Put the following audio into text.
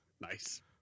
Nice